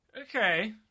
Okay